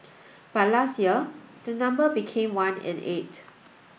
but last year the number became one in eight